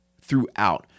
throughout